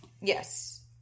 Yes